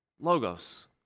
Logos